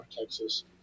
Texas